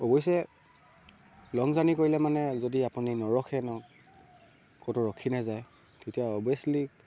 অৱশ্যে long journey কৰিলে মানে যদি আপুনি নৰখেই ন ক'তো ৰখি নাযায় তেতিয়া অৱিয়াচ্লি